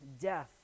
death